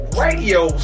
radio